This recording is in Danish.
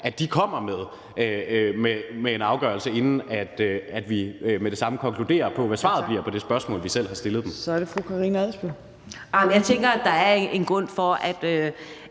at de kommer med en afgørelse, inden vi med det samme konkluderer på, hvad svaret bliver på det spørgsmål, vi selv har stillet dem. Kl. 14:04 Tredje næstformand (Trine Torp): Tak. Så er det fru Karina